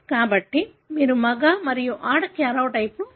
కాబట్టి మీరు మగ మరియు ఆడ కార్యోటైప్ని వేరు చేయగలరు